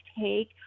take